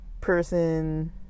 person